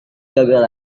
gagal